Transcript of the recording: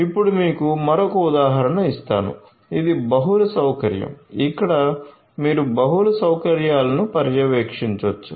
ఇప్పుడు మీకు మరొక ఉదాహరణ ఇస్తాను ఇది బహుళ సౌకర్యం ఇక్కడ మీరు బహుళ సౌకర్యాలను పర్యవేక్షించొచ్చు